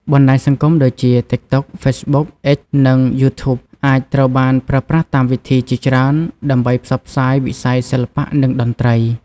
បណ្ដាញសង្គមដូចជា តិកតុក, ហ្វេសបុក, អុិច និង យូធូប អាចត្រូវបានប្រើប្រាស់តាមវិធីជាច្រើនដើម្បីផ្សព្វផ្សាយវិស័យសិល្បៈ និងតន្ត្រី។